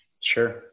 Sure